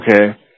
okay